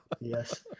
Yes